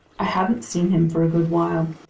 i hadn't seen him for a good while.